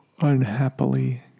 unhappily